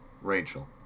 Rachel